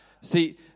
See